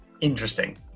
interesting